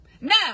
Now